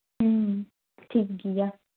ᱦᱩᱸ ᱴᱷᱤᱠᱜᱮᱭᱟ